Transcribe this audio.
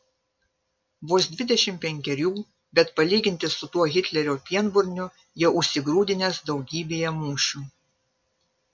vos dvidešimt penkerių bet palyginti su tuo hitlerio pienburniu jau užsigrūdinęs daugybėje mūšių